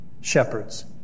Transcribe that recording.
shepherds